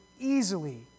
easily